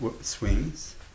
swings